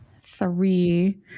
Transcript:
three